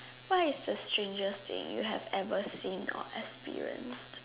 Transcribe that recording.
what is the strangest thing you have ever seen or experienced